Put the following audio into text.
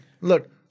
Look